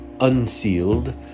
unsealed